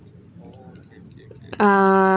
ah